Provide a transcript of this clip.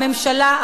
הממשלה,